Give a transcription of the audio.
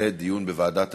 לדיון בוועדת הפנים.